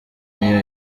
niyo